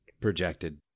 Projected